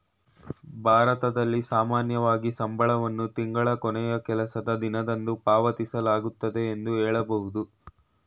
ಭಾರತದಲ್ಲಿ ಸಾಮಾನ್ಯವಾಗಿ ಸಂಬಳವನ್ನು ತಿಂಗಳ ಕೊನೆಯ ಕೆಲಸದ ದಿನದಂದು ಪಾವತಿಸಲಾಗುತ್ತೆ ಎಂದು ಹೇಳಬಹುದು